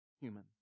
human